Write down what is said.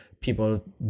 people